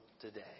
today